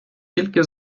тільки